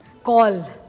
Call